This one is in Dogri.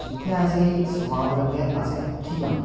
जित्थै असेंगी सौआद लग्गे असें उत्थै गै जाना